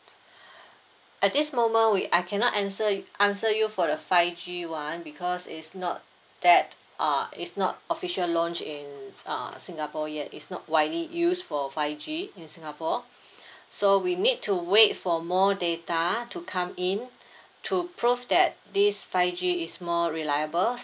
at this moment we I cannot answer answer you for the five G one because it's not that uh it's not official launched in uh singapore yet it's not widely used for five G in singapore so we need to wait for more data to come in to prove that this five G is more reliable